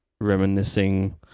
reminiscing